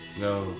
No